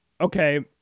Okay